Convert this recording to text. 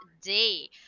day